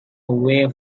away